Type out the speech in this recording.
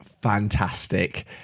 fantastic